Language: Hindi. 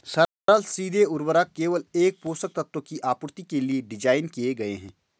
सरल सीधे उर्वरक केवल एक पोषक तत्व की आपूर्ति के लिए डिज़ाइन किए गए है